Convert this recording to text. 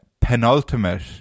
penultimate